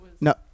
No